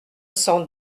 cent